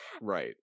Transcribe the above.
right